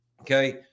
Okay